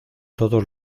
todos